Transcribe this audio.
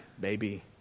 baby